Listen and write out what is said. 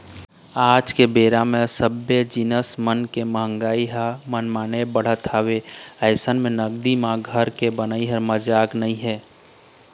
आज के बेरा म सब्बे जिनिस मन के मंहगाई ह मनमाने बढ़े हवय अइसन म नगदी म घर के बनई ह मजाक नइ हे